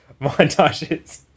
montages